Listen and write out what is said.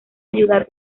ayudar